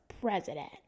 president